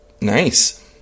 nice